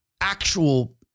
actual